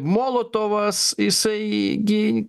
molotovas jisai gi